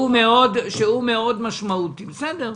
פער שהוא משמעותי מאוד.